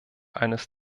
eines